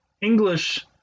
English